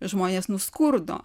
žmonės nuskurdo